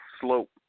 slope